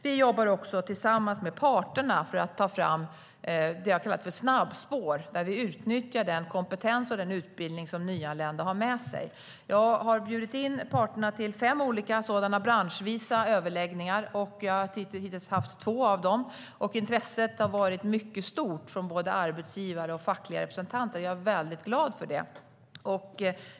Vi jobbar också tillsammans med parterna för att ta fram det vi har kallat snabbspår, där vi utnyttjar den kompetens och den utbildning nyanlända har med sig. Jag har bjudit in parterna till fem branschvisa överläggningar, och vi har hittills haft två. Intresset har varit mycket stort från både arbetsgivare och fackliga representanter, och jag är väldigt glad för det.